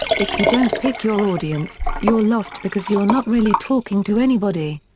if you don't pick your audience, you're lost because you're not really talking to anybody.